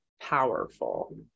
powerful